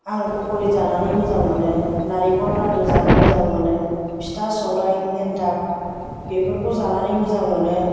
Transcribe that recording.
आं पक'रि जानानै मोजां मोनो नारिंखल लाद्दु जानो मोजां मोनो फिथा सौराइ एन्थाब बेफोरखौ जानानै मोजां मोनो